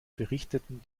berichteten